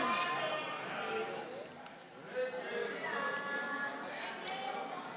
ההסתייגות של קבוצת סיעת יש עתיד,